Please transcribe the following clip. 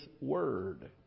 Word